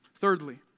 Thirdly